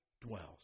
dwells